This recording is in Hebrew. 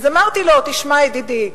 אמרתי לו: תשמע, ידידי,